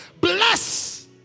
Bless